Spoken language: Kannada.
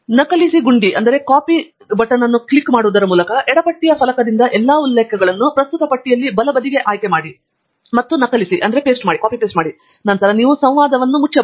ನಕಲಿಸಿ ಗುಂಡಿಯನ್ನು ಕ್ಲಿಕ್ಕಿಸುವುದರ ಮೂಲಕ ಎಡಪಟ್ಟಿಯ ಫಲಕದಿಂದ ಎಲ್ಲಾ ಉಲ್ಲೇಖಗಳನ್ನು ಪ್ರಸ್ತುತ ಪಟ್ಟಿಯಲ್ಲಿ ಬಲಬದಿಗೆ ಆಯ್ಕೆಮಾಡಿ ಮತ್ತು ನಕಲಿಸಿ ಮತ್ತು ನಂತರ ನೀವು ಸಂವಾದವನ್ನು ಮುಚ್ಚಬಹುದು